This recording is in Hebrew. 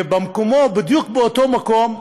ובמקומו, בדיוק באותו מקום,